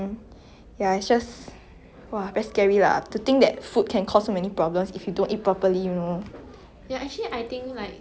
mm mm mm